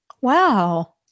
Wow